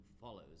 follows